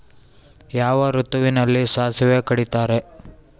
ಯಾವ ಋತುವಿನಲ್ಲಿ ಸಾಸಿವೆ ಕಡಿತಾರೆ?